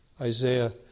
Isaiah